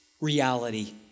reality